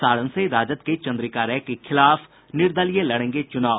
सारण से राजद के चंद्रिका राय के खिलाफ निर्दलीय लड़ेंगे चुनाव